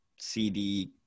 cd